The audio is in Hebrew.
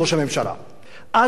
אז זו היתה הסתה נגד יהודים.